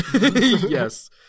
Yes